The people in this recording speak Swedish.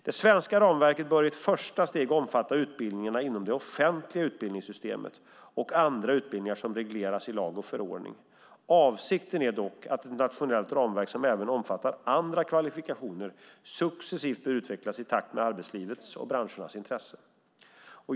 Det svenska ramverket bör i ett första steg omfatta utbildningarna inom det offentliga utbildningssystemet och andra utbildningar som regleras i lag och förordning. Avsikten är dock att ett nationellt ramverk som även omfattar andra kvalifikationer successivt bör utvecklas i takt med arbetslivets och branschernas intresse.